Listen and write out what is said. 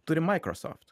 turi maikrosoft